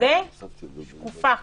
ושקופה